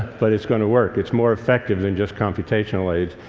but it's going to work. it's more effective than just computational aids.